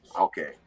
Okay